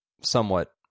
somewhat